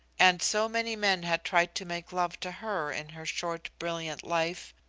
and so many men had tried to make love to her in her short brilliant life,